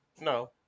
No